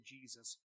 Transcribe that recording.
Jesus